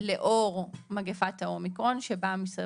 את מטרת הצו יציג משרד האוצר, בבקשה.